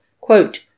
quote